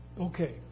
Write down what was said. Okay